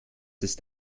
ist